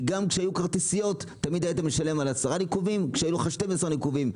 כי גם כשהיו כרטיסיות היית משלם 10 ניקובים כשהיו לך 12 ניקובים.